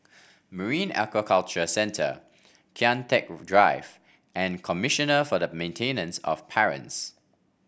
Marine Aquaculture Centre Kian Teck Drive and Commissioner for the Maintenance of Parents